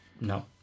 No